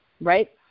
right